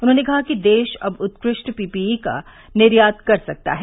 उन्होंने कहा कि देश अब उत्कृष्ट पीपीई का निर्यात कर सकता है